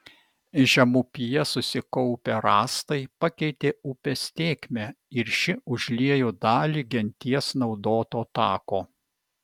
žemupyje susikaupę rąstai pakeitė upės tėkmę ir ši užliejo dalį genties naudoto tako